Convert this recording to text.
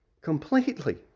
Completely